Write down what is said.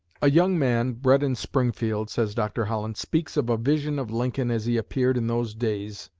a young man bred in springfield, says dr. holland, speaks of a vision of lincoln, as he appeared in those days,